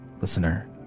listener